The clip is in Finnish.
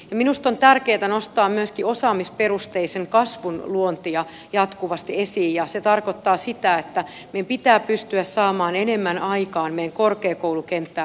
minusta on tärkeätä nostaa myöskin osaamisperusteisen kasvun luontia jatkuvasti esiin ja se tarkoittaa sitä että meidän pitää pystyä saamaan enemmän aikaan meidän korkeakoulukenttää hyödyntämällä